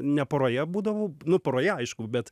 ne poroje būdavau nu poroje aišku bet